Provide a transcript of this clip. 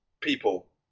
people